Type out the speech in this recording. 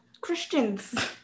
Christians